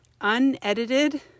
unedited